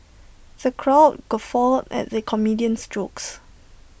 the crowd guffawed at the comedian's jokes